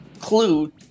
clue